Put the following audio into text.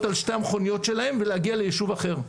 על שתי המכוניות שלהם ולהגיע ליישוב אחר,